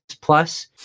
Plus